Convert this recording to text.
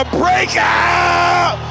breakout